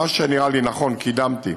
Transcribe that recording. מה שנראה לי נכון, קידמתי,